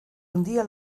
hundía